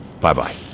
Bye-bye